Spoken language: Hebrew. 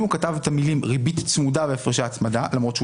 אם הוא כתב את המילים ריבית צמודה והפרשי הצמדה למרות שהוא